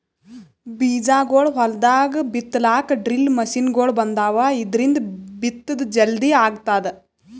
ಬೀಜಾಗೋಳ್ ಹೊಲ್ದಾಗ್ ಬಿತ್ತಲಾಕ್ ಡ್ರಿಲ್ ಮಷಿನ್ಗೊಳ್ ಬಂದಾವ್, ಇದ್ರಿಂದ್ ಬಿತ್ತದ್ ಜಲ್ದಿ ಆಗ್ತದ